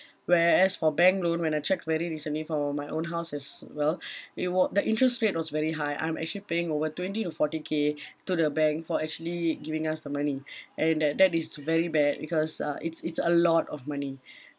whereas for bank loan when I checked very recently for my own house is well it wa~ the interest rate was very high I'm actually paying over twenty to forty K to the bank for actually giving us the money and that that is very bad because uh it's it's a lot of money